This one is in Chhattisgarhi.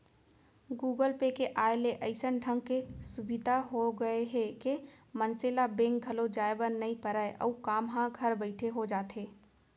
गुगल पे के आय ले अइसन ढंग के सुभीता हो गए हे के मनसे ल बेंक घलौ जाए बर नइ परय अउ काम ह घर बइठे हो जाथे